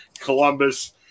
Columbus